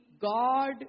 God